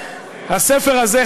הספר הזה,